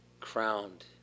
crowned